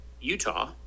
Utah